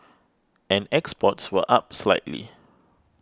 and exports were up slightly